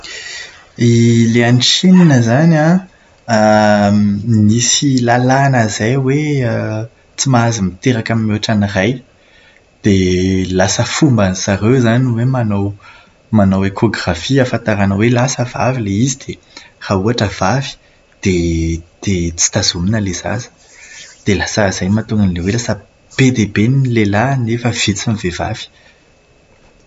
Ilay any Shina izany an, misy lalàna izay hoe tsy mahazo miteraka mihoatra ny iray. Dia lasa fobman'izareo izany ny manao ekografia ahafantarana hoe lahy sa vavy ilay izy dia raha ohatra vavy dia tsy tazomina ilay zaza. Dia lasa izay no mahatonga an'ilay hoe lasa be dia be ny lehilahy nefa vitsy ny vehivavy.